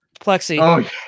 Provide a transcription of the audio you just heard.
Plexi